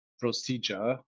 procedure